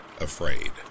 afraid